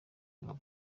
gabo